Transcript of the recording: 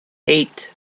eight